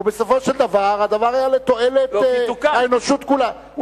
ובסופו של דבר, הדבר היה לתועלת האנושות כולה.